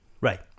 Right